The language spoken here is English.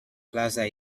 plaza